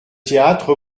théâtre